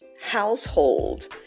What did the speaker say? household